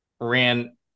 ran